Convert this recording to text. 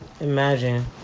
Imagine